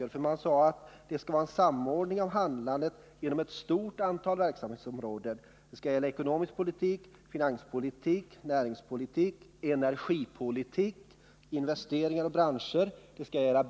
1 reservationen sägs att det skall vara en samordning av handlandet inom ett stort antal verksamhetsområden: ”Riktlinjerna för den ekonomiska politiken, finanspolitiken, näringsoch branschpolitiken, energipolitiken, investeringspolitiken inkl.